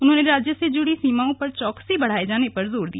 उन्होंने राज्य से जुड़ी सीमाओं पर चौकसी बढ़ाए जाने पर जोर दिया